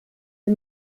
sie